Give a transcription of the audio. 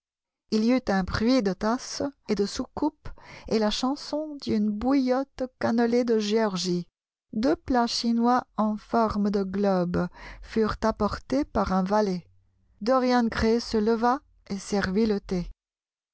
il y eut un bruit de tasses et de soucoupes et la chanson d'une bouillotte cannelée de géorgie deux plats chinois en forme de globe furent apportés par un valet dorian gray se leva et servit le thé